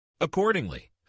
Accordingly